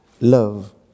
love